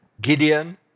Gideon